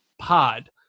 pod